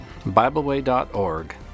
BibleWay.org